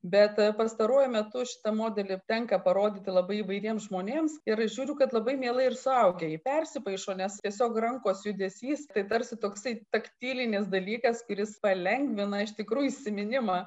bet pastaruoju metu šitą modelį tenka parodyti labai įvairiems žmonėms ir žiūriu kad labai mielai ir suaugę jį persipaišo nes tiesiog rankos judesys tai tarsi toksai taktilinis dalykas kuris palengvina iš tikrųjų įsiminimą